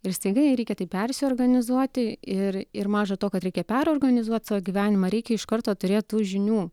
ir staiga jai reikia taip persiorganizuoti ir ir maža to kad reikia perorganizuoti savo gyvenimą reikia iš karto turėt tų žinių